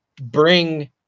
bring